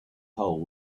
hole